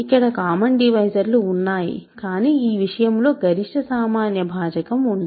ఇక్కడ common divisor లు ఉన్నాయి కానీ ఈ విషయం లో గ్రేటెస్ట్ కామన్ డివైసర్ ఉండదు